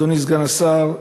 אדוני סגן השר,